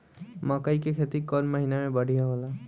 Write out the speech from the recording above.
मकई के खेती कौन महीना में बढ़िया होला?